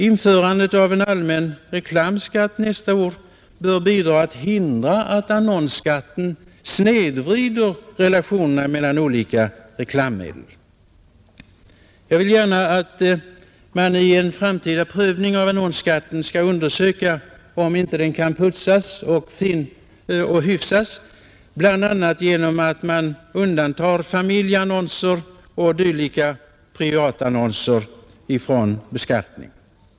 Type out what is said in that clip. Införandet av en allmän reklamskatt nästa år bör bidra till att hindra att annonsskatten snedvrider relationerna mellan olika reklammedel. Jag vill gärna att man i en framtida prövning av annonsskatten skall undersöka om den inte kan hyfsas, bl.a. genom att familjeannonser och dylika privatannonser undantas från beskattning.